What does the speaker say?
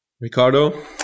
Ricardo